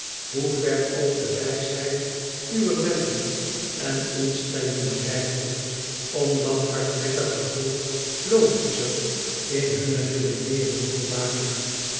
hoe ver ook de wijsheid uwer wetten en instellingen reikte om dat hartnekkige volk logischer in hunne redeneeringen te maken